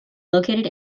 located